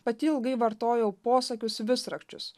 pati ilgai vartojau posakius visrakčius